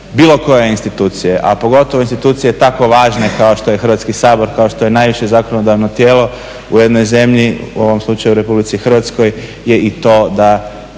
bilo koje institucije, a pogotovo institucije tako važne kao što je Hrvatski sabor, kao što je najviše zakonodavno tijelo u jednoj zemlji, u ovom slučaju u Republici Hrvatskoj, je i to da